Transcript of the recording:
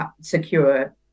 secure